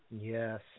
yes